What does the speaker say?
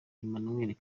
emmanuel